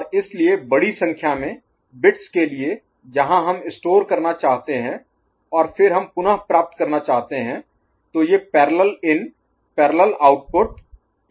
और इसलिए बड़ी संख्या में बिट्स के लिए जहां हम स्टोर करना चाहते हैं और फिर हम पुन प्राप्त करना चाहते हैं तो ये पैरेलल इन पैरेलल आउटपुट एक समस्या हो सकती है